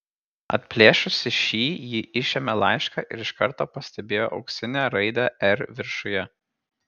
atplėšusi šį ji išėmė laišką ir iš karto pastebėjo auksinę raidę r viršuje